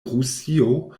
rusio